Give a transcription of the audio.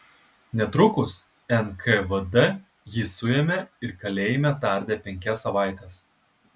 netrukus nkvd jį suėmė ir kalėjime tardė penkias savaites